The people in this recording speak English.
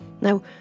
Now